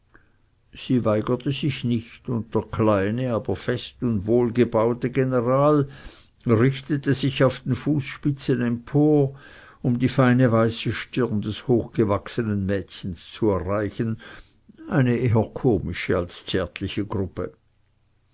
sie weigerte sich nicht und der kleine aber fest und wohlgebaute general richtete sich auf den fußspitzen empor um die feine weiße stirn des hochgewachsenen mädchens zu erreichen eine eher komische als zärtliche gruppe